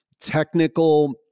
technical